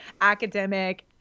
academic